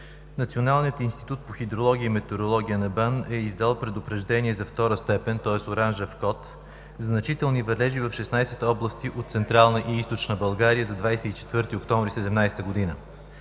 Националният институт по хидрология и метрология на БАН е издал предупреждение за втора степен, тоест оранжев код за значителни валежи в 16 области от Централна и Източна България за 24 октомври 2017 г.